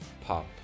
pop